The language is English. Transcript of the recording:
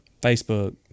Facebook